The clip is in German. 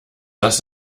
das